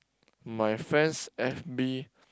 my friends F_B